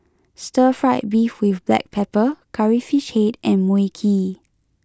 Stir Fried Beef with Black Pepper Curry Fish Head and Mui Kee